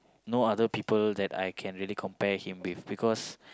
no other people that I can really compare him with because